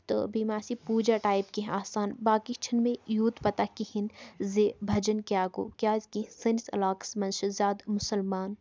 تہٕ بیٚیہِ مَہ آسہِ یہِ پوٗجا ٹایِپ کیٚنٛہہ آسان باقٕے چھِنہٕ مےٚ یوٗت پَتہ کِہیٖنۍ زِ بجھَن کیٛاہ گوٚو کیٛازکہِ سٲنِس علاقَس منٛز چھِ زیادٕ مُسلمان